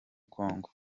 kongo